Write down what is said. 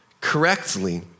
correctly